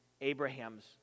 Abraham's